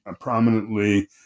prominently